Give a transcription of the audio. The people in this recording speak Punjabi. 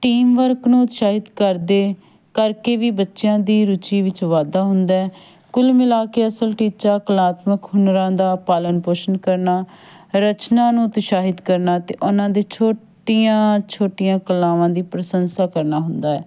ਟੀਮ ਵਰਕ ਨੂੰ ਉਤਸ਼ਾਹਿਤ ਕਰਦੇ ਕਰਕੇ ਵੀ ਬੱਚਿਆਂ ਦੀ ਰੁਚੀ ਵਿੱਚ ਵਾਧਾ ਹੁੰਦਾ ਹੈ ਕੁੱਲ ਮਿਲਾ ਕੇ ਅਸਲ ਟੀਚਾ ਕਲਾਤਮਕ ਹੁਨਰਾਂ ਦਾ ਪਾਲਣ ਪੋਸ਼ਣ ਕਰਨਾ ਰਚਨਾ ਨੂੰ ਉਤਸ਼ਾਹਿਤ ਕਰਨਾ ਅਤੇ ਉਹਨਾਂ ਦੇ ਛੋਟੀਆਂ ਛੋਟੀਆਂ ਕਲਾਵਾਂ ਦੀ ਪ੍ਰਸ਼ੰਸਾ ਕਰਨਾ ਹੁੰਦਾ ਹੈ